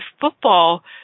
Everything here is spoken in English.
football